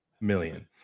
million